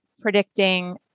predicting